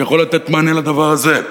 שיכול לתת מענה לדבר הזה.